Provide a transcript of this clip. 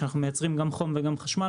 שאנחנו מייצרים גם חום וגם חשמל,